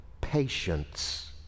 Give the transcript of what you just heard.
patience